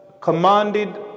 commanded